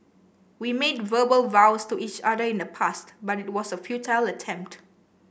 we made verbal vows to each other in the past but it was a futile attempt